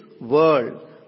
world